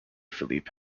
philippe